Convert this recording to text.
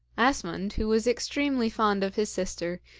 asmund, who was extremely fond of his sister,